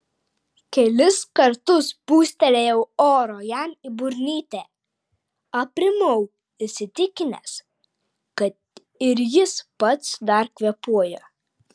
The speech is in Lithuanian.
kelis kartus pūstelėjau oro jam į burnytę aprimau įsitikinęs kad ir jis pats dar kvėpuoja